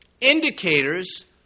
indicators